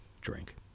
drink. ¶¶